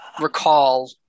recall